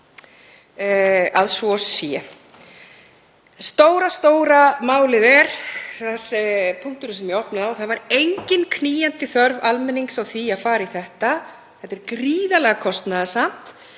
að svo sé. Stóra málið er punkturinn sem ég opnaði á; það var engin knýjandi þörf fyrir almenning á því að fara í þetta. Þetta er gríðarlega kostnaðarsamt.